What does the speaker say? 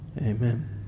Amen